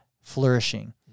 flourishing